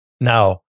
Now